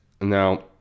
now